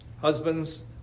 Husbands